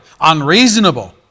unreasonable